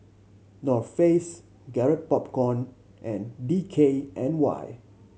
North Face Garrett Popcorn and D K N Y